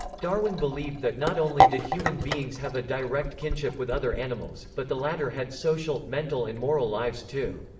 darwin believed that not only did human beings have a direct kinship with other animals, but the latter had social, mental and moral lives too.